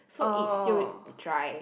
so it's still dry